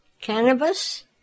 cannabis